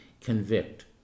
convict